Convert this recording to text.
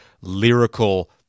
lyrical